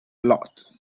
lot